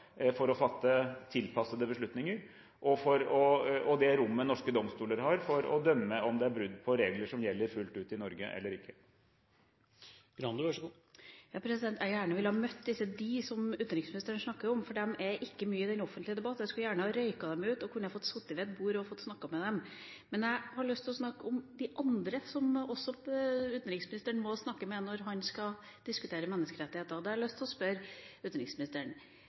for å fatte tilpassede beslutninger, og det rommet norske domstoler har for å dømme om det er brudd på regler som gjelder fullt ut i Norge, eller ikke. Jeg ville gjerne ha møtte disse «de» som utenriksministeren snakker om, for de er ikke mye i den offentlige debatt. Jeg skulle gjerne ha røyka dem ut og sittet ved et bord og snakket med dem. Men jeg har lyst til å snakke om de andre som også utenriksministeren må snakke med når han skal diskutere menneskerettigheter, og da vil jeg spørre: Har det aldri noen gang skjedd når utenriksministeren